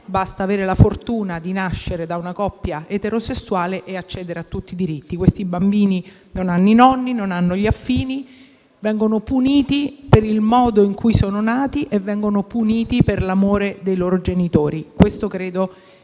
basta avere la fortuna di nascere da una coppia eterosessuale per accedere a tutti i diritti. Questi bambini non hanno i nonni, né gli affini, vengono puniti per il modo in cui sono nati e per l'amore dei loro genitori. Credo che